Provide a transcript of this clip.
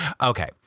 okay